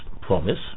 promise